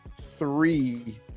three